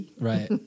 Right